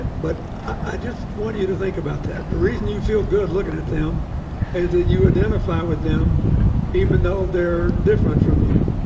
but i just want you to think about that the reason you feel good looking at them is that you identify with them even though they're different from you,